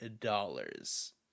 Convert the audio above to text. dollars